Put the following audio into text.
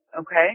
Okay